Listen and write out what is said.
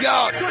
God